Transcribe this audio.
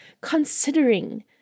considering